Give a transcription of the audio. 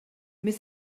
mais